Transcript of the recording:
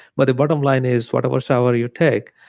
but the bottom line is, whatever shower you take,